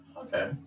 Okay